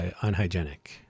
unhygienic